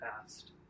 past